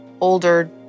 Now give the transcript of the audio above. older